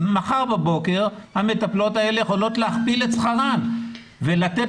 מחר בבוקר המטפלות האלה יכולות להכפיל את שכרן ולתת